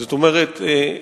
זאת אומרת,